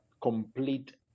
complete